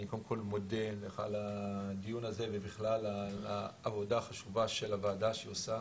אני מודה לך על הדיון הזה ובכלל על העבודה החשובה שהוועדה עושה,